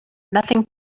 nothing